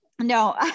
no